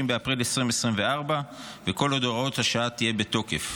באפריל 2024 וכל עוד הוראת השעה תהיה בתוקף.